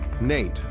Nate